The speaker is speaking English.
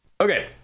okay